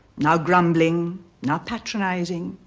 now grumbling, now patronizing,